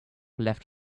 left